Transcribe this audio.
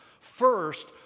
First